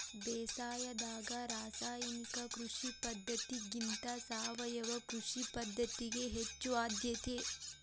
ಬೇಸಾಯದಾಗ ರಾಸಾಯನಿಕ ಕೃಷಿ ಪದ್ಧತಿಗಿಂತ ಸಾವಯವ ಕೃಷಿ ಪದ್ಧತಿಗೆ ಹೆಚ್ಚು ಆದ್ಯತೆ